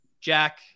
Jack